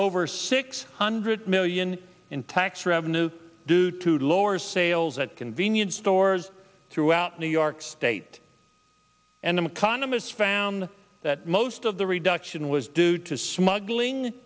over six hundred million in tax revenue due to lower sales at convenience stores throughout new york state and in a condom is found that most of the reduction was due to smuggling